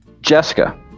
Jessica